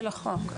של החוק.